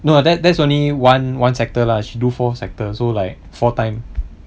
no lah that that's only one one sector lah she do four sectors so like four time